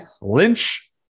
Lynch